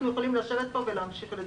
ולכן אנחנו יכולים לשבת פה ולהמשיך לדבר.